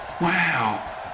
Wow